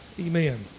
Amen